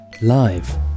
Live